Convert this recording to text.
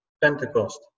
Pentecost